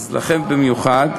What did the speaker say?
אז לכם במיוחד.